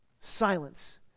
silence